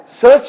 search